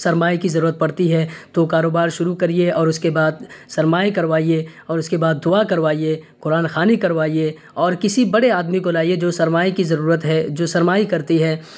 سرمائے کی ضرورت پڑتی ہے تو کاروبار شروع کریے اور اس کے بعد سرمائے کروائیے اور اس کے بعد دعا کروائیے قرآن خوانی کروائیے اور کسی بڑے آدمی کو لائیے جو سرمائے کی ضرورت ہے جو سرمائے کرتی ہے